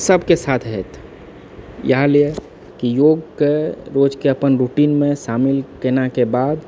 सबके साथ होइत इएह लिय की योगके रोजके अपन रूटीनमे शामिल केनाके बाद